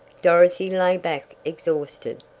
dorothy lay back exhausted.